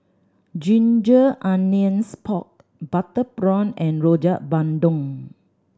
ginger onions pork butter prawn and Rojak Bandung